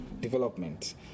development